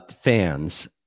fans